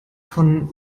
von